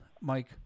Mike